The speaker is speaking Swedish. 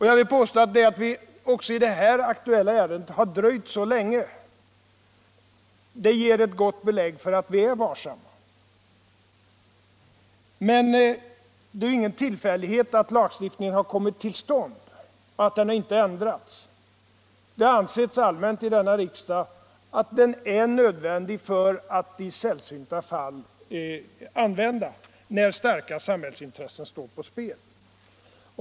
Jag vill påstå att det faktum att vi också i det aktuella ärendet har dröjt så länge ger belägg för att vi är varsamma. Men det är ingen tillfällighet att lagstiftningen kommit till stånd och att den inte ändrats. Det har allmänt i denna riksdag ansetts att den är nödvändig i sällsynta fall när starka samhällsintressen står på spel.